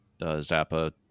Zappa